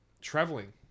traveling